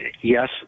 yes